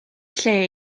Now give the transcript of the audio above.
lle